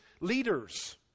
leaders